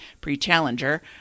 pre-challenger